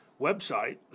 website